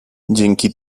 dzięki